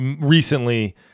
recently